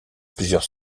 plusieurs